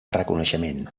reconeixement